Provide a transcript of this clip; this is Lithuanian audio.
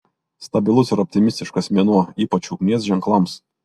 stabilus ir optimistiškas mėnuo ypač ugnies ženklams